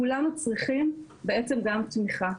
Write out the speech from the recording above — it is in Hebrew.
כולנו צריכים בעצם גם תמיכה.